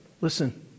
Listen